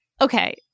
okay